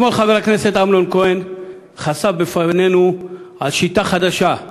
אתמול חבר הכנסת אמנון כהן חשף בפנינו שיטה חדשה: